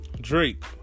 Drake